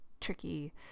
tricky